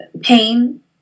pain